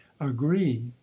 agree